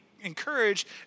encouraged